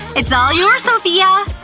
it's all yours, sophia!